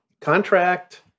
contract